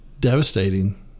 devastating